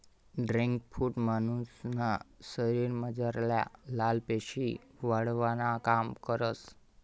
dragon fruit मानुसन्या शरीरमझारल्या लाल पेशी वाढावानं काम करस